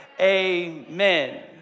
amen